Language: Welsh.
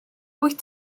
wyt